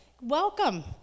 welcome